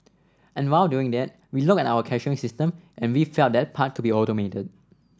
and while doing that we looked at our cashiering system and we felt that part could be automated